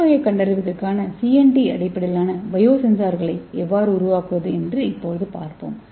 புற்றுநோயைக் கண்டறிவதற்கு சிஎன்டி அடிப்படையிலான பயோசென்சர்களை எவ்வாறு உருவாக்குவது என்று இப்போது பார்ப்போம்